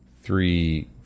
Three